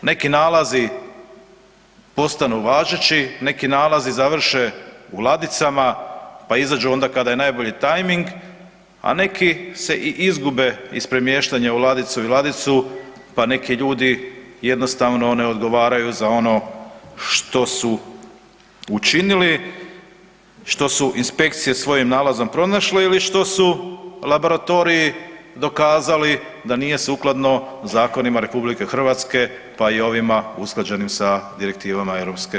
Danas neki nalazi postanu važeći, neki nalazi završe u ladicama, pa izađu onda kada je najbolji tajming, a neki se i izgube iz premještanja u ladicu i ladicu pa neki ljudi jednostavno ne odgovaraju za ono što su učinili, što su inspekcije svojim nalazom pronašle ili što su laboratoriji dokazali da nije sukladno zakonima RH, pa i ovima usklađenim sa direktivama EU.